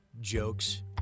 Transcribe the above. jokes